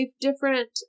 different